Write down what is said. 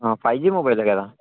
five G మొబైలే కదా